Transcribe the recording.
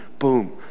Boom